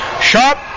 Sharp